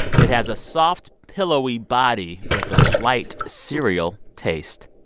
it has a soft, pillowy body with a slight cereal taste.